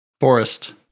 Forest